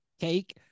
cake